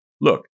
Look